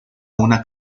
una